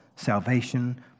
Salvation